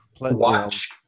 Watch